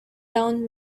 down